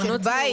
לחיות בבית.